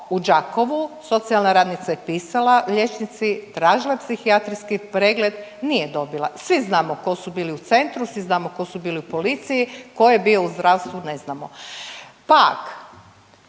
u Đakovu socijalna radnica je pisala liječnici, tražila psihijatrijski pregled, nije dobila, svi znamo ko su bili u centru, svi znamo ko su bili u policiji, ko je bio u zdravstvu ne znamo.